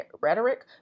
rhetoric